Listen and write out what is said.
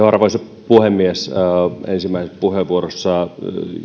arvoisa puhemies ensimmäisessä puheenvuorossa